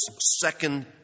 second